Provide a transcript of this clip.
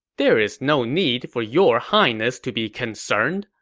there is no need for your highness to be concerned.